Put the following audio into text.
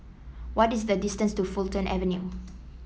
what is the distance to Fulton Avenue